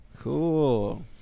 Cool